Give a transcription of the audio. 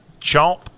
Chomp